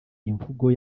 imvugo